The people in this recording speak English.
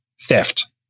theft